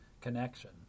connection